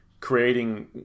creating